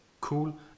Cool